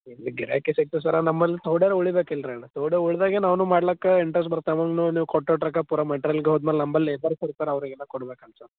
ಎಲ್ಲಿ ಗಿರಾಕಿ ಸಿಕ್ಕಿತು ಸರ ನಮ್ಮಲ್ಲಿ ಥೋಡ್ಯಾದ್ರೂ ಉಳಿಬೇಕಲ್ರೀ ಅಣ್ಣ ಥೋಡ ಉಳ್ದಾಗ ನಾನೂ ಮಾಡಕ್ಕ ಇಂಟ್ರಸ್ಟ್ ಬರ್ತವೆ ಇನ್ನು ನೀವು ಕೊಟ್ಟ ರೇಟ್ ರೊಕ್ಕ ಪೂರಾ ಮೆಟ್ರ್ಯಲ್ಲಿಗೆ ಹೋದ್ಮೇಲೆ ನಮ್ಮಲ್ಲಿ ಲೇಬರ್ಸ್ ಇರ್ತರೆ ಅವರಿಗೆಲ್ಲ ಕೊಡ್ಬೇಕಲ್ಲ ರೀ ಸ್ವಲ್ಪ